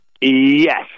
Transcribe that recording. Yes